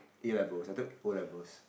A-levels I took O-levels